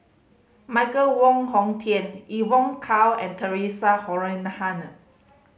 Michael Wong Hong Teng Evon Kow and Theresa Noronha